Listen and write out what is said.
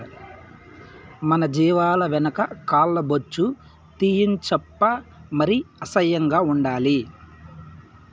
మన జీవాల వెనక కాల్ల బొచ్చు తీయించప్పా మరి అసహ్యం ఉండాలి